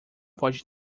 pode